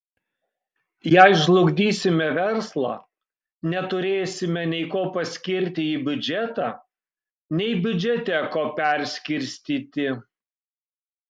jei žlugdysime verslą neturėsime nei ko paskirti į biudžetą nei biudžete ko perskirstyti